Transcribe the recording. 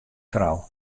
frou